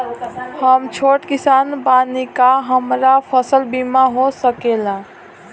हम छोट किसान बानी का हमरा फसल बीमा हो सकेला?